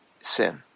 sin